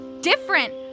different